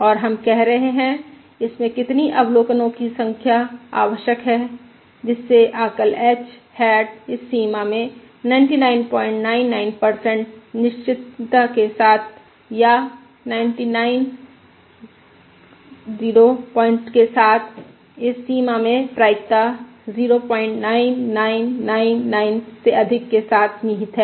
और हम कह रहे हैं इसमें कितनी अवलोकन की संख्या आवश्यक है जिससे आकल h हैट इस सीमा में 9999 निश्चितता के साथ या 99 0 के साथ इस सीमा में प्रायिकता 09999 से अधिक के साथ निहित है